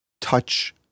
touch